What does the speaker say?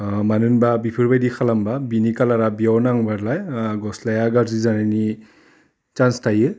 ओह मानो होनबा बिफोरबायदि खालामबा बिनि खालारा बेयाव नाङो नालाय ओह गस्लाया गाज्रि जानायनि सान्स थायो